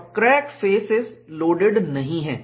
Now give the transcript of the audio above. और crack faces loaded नहीं हैं